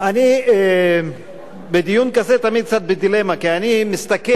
אני בדיון כזה תמיד קצת בדילמה כי אני מסתכל,